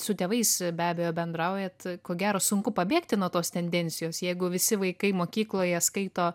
su tėvais be abejo bendraujat ko gero sunku pabėgti nuo tos tendencijos jeigu visi vaikai mokykloje skaito